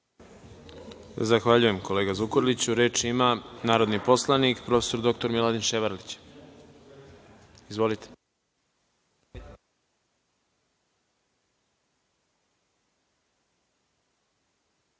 Zahvaljujem, kolega Zukorliću. Reč ima narodni poslanik prof. dr Miladin Ševarlić. Izvolite.